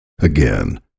Again